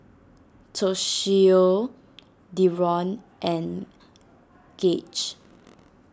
Toshio Deron and Gage